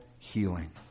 Healing